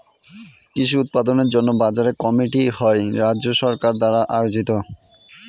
কৃষি উৎপাদনের জন্য বাজার কমিটি হয় রাজ্য সরকার দ্বারা আয়োজিত